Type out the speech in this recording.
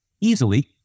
easily